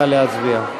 נא להצביע.